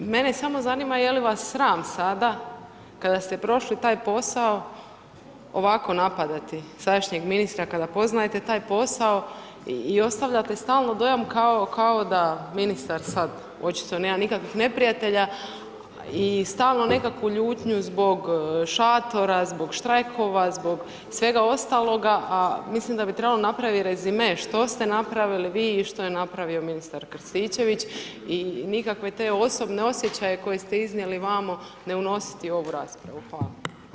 Mene samo zanima je li vas sram sada kada ste prošli taj posao, ovako napadati sadašnjeg ministra kada poznajete taj posao i ostavljate stalno dojam kao da ministar sad očito nema nikakvih neprijatelja i stalno nekakvu ljutnju zbog šatora, zbog štrajkova, zbog svega ostaloga, a mislim da bi trebalo napraviti rezime što ste napravili vi i što je napravio ministar Krstičević i nikakve te osobne osjećaje koje ste iznijeli vamo ne unositi u ovu raspravu.